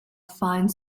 fine